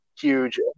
huge